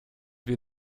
wir